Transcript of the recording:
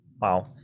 Wow